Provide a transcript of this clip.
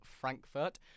Frankfurt